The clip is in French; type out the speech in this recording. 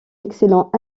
excellent